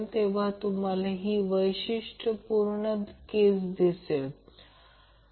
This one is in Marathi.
RL चे असे मूल्य शोधा ज्यासाठी सोर्स जास्तीत जास्त पॉवर देते